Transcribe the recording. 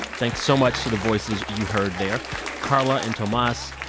thanks so much to the voices you heard there carla and tomas,